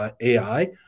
AI